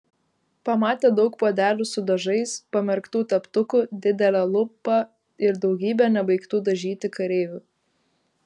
pamatė daug puodelių su dažais pamerktų teptukų didelę lupą ir daugybę nebaigtų dažyti kareivių